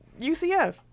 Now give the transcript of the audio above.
UCF